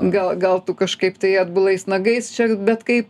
gal gal tu kažkaip tai atbulais nagais čia bet kaip